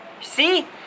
See